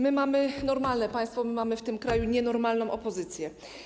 My mamy normalne państwo, my mamy w tym kraju nienormalną opozycję.